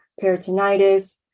peritonitis